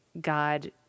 God